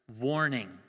warning